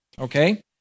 okay